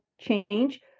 change